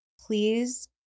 please